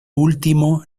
último